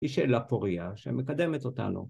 ‫היא שאלה פוריה שמקדמת אותנו.